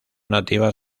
nativas